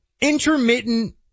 intermittent